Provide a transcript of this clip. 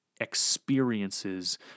experiences